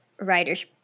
writer's